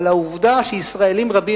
אבל העובדה שישראלים רבים,